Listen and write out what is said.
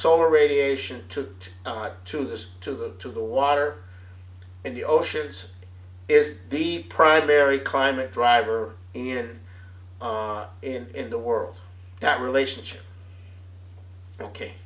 solar radiation to not to this to the to the water in the oceans is the primary climate driver in in the world that relationship ok